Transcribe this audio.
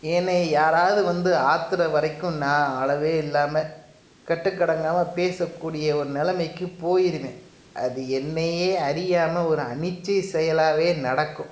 என்னைய யாராது வந்து ஆத்துற வரைக்கும் நான் அளவே இல்லாமல் கட்டுக்கடங்காமல் பேசக்கூடிய ஒரு நிலமைக்கு போயிருவேன் அது என்னையே அறியாமல் ஒரு அனிச்சை செயலாவே நடக்கும்